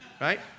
Right